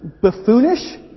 buffoonish